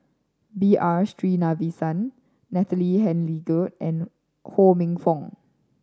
B R Sreenivasan Natalie Hennedige and Ho Minfong